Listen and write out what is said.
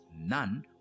none